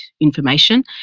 information